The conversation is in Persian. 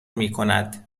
میکند